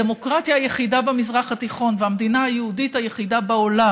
הדמוקרטיה היחידה במזרח התיכון והמדינה היהודית היחידה בעולם,